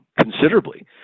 considerably